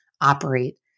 operate